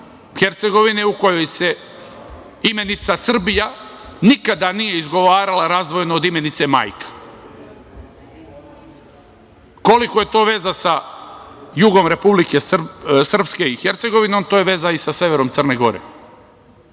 Hercegovine, u kojoj se imenica Srbija nikada nije izgovarala od imenice majka, koliko je to veza sa jugom Republike Srpske i Hercegovine, to je veza i sa severom Crne Gore,